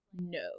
no